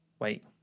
Wait